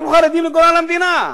אנחנו חרדים לגורל המדינה,